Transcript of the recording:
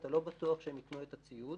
אתה לא בטוח שהם יקנו את הציוד,